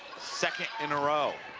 second in a row